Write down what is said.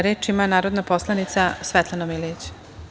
Reč ima narodna poslanica Svetlana Milijić.